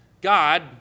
God